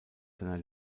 seiner